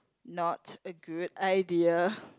not a good idea